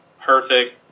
perfect